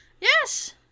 Yes